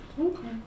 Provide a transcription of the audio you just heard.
Okay